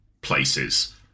places